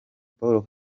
paul